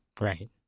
Right